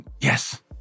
Yes